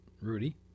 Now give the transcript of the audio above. Rudy